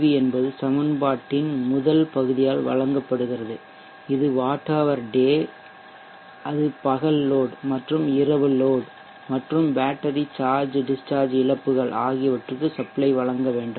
we என்பது சமன்பாட்டின் முதல் பகுதியால் வழங்கப்படுகிறது இது வாட் ஹவர் டே அது பகல் லோட் மற்றும் இரவு லோட் மற்றும் பேட்டரி சார்ஜ் டிஸ்சார்ஜ் இழப்புகள் ஆகியவற்றுக்கு சப்ளை வழங்க வேண்டும்